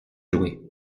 jouer